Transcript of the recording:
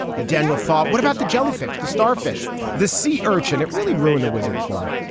and daniel thought what about the jellyfish. the starfish the sea urchin it really ruin the wizard form.